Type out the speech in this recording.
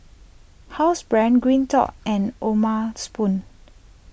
Housebrand Green Dot and O'ma Spoon